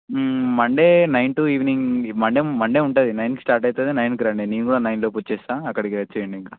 Monday nine to evening Monday Monday ఉంటుంది నైన్కి start అవుతుంది నైన్కి రండి నేను కూడా నైన్ లోపొచ్చేస్తా అక్కడికొచ్చేయండి ఇంక